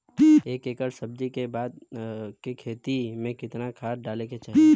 एक एकड़ सब्जी के खेती में कितना खाद डाले के चाही?